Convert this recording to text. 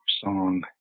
song